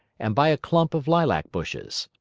and by a clump of lilac bushes.